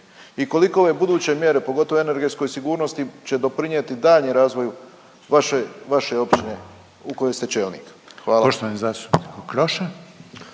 i koliko ove buduće mjere pogotovo o energetskoj sigurnosti će doprinijeti daljnjem razvoju vaše, vaše općine u kojoj ste čelnik. Hvala.